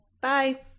Bye